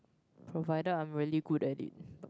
no matter I really good audit